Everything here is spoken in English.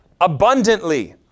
abundantly